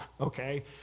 okay